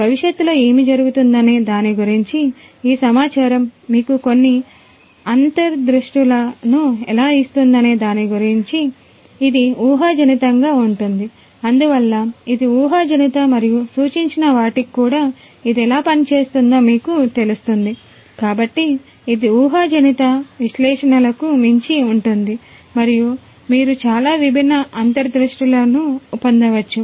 భవిష్యత్తులో ఏమి జరగబోతుందనే దాని గురించి ఈ సమాచారం మీకు కొన్ని అంతర్దృష్టులను పొందవచ్చు